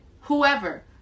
whoever